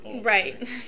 Right